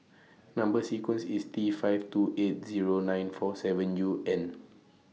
Number sequence IS T five two eight Zero nine four seven U and